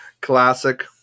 Classic